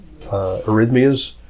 arrhythmias